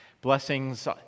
blessings